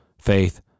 faith